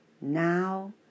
now